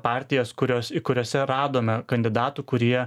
partijas kurios kuriose radome kandidatų kurie